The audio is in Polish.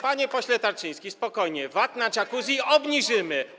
Panie pośle Tarczyński, spokojnie, VAT na jacuzzi obniżymy.